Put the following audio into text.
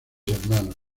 hermanos